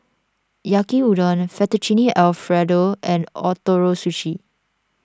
Yaki Udon Fettuccine Alfredo and Ootoro Sushi